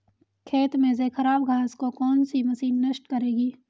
खेत में से खराब घास को कौन सी मशीन नष्ट करेगी?